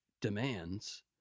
demands